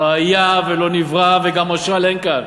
לא היה ולא נברא וגם משל אין כאן.